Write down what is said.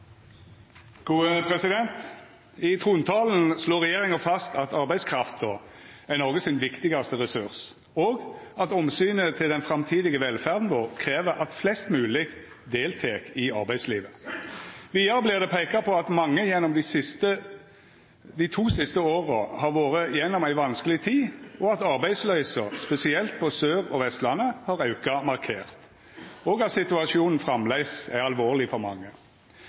gode utdanninger i hele landet, og slik at også disse institusjonene kan hevde seg internasjonalt på de områdene hvor de har sine fortrinn. I trontala slår regjeringa fast at arbeidskrafta er Noregs viktigaste ressurs, og at omsynet til den framtidige velferda vår krev at flest mogleg deltek i arbeidslivet. Vidare vert det peika på at mange gjennom dei to siste åra har vore gjennom ei vanskeleg tid, at arbeidsløysa, spesielt på Sør- og Vestlandet, har auka markert, og